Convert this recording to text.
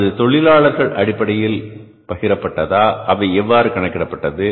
அல்லது தொழிலாளர் அடிப்படையில் பகிரப்பட்டதா அவை எவ்வாறு கணக்கிடப்பட்டது